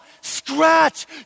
scratch